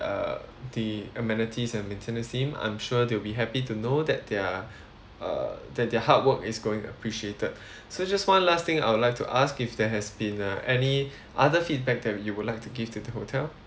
err the amenities and maintenance team I'm sure they'll be happy to know that their uh that their hard work is going appreciated so just one last thing I would like to ask if there has been uh any other feedback that you would like to give to the hotel